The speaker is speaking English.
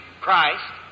Christ